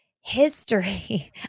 history